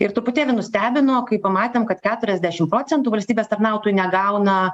ir truputėlį nustebino kai pamatėm kad keturiasdešim procentų valstybės tarnautojų negauna